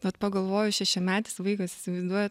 vat pagalvoju šešiametis vaikas įsivaizduojat